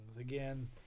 Again